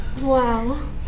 Wow